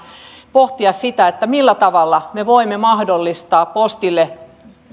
pohtia sitä millä tavalla me voimme mahdollistaa postille